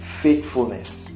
faithfulness